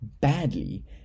badly